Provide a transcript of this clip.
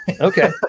Okay